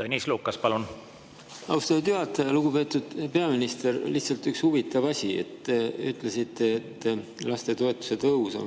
Tõnis Lukas, palun! Austatud juhataja! Lugupeetud peaminister! Lihtsalt üks huvitav asi. Ütlesite, et lastetoetuse tõus